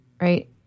right